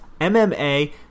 MMA